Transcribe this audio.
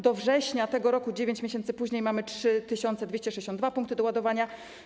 Do września tego roku, 9 miesięcy później, mamy 3262 punkty doładowania.